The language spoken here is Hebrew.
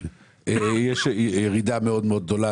יש ירידה מאוד מאוד גדולה.